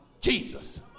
Jesus